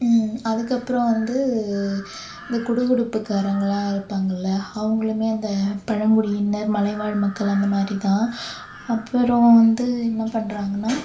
அதற்கப்பறம் வந்து இந்த குடு குடுப்பு காரவங்களாம் இருப்பாங்கள்ல அவங்களுமே அந்த பழங்குடியினர் மலைவாழ் மக்கள் அந்தமாரி தான் அப்புறோம் வந்து என்ன பண்ணுறாங்கன்னா